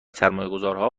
سرمایهگذارها